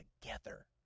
together